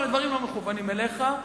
אבל הדברים לא מכוונים אליך,